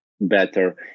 better